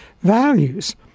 values